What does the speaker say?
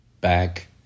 back